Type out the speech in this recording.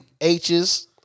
H's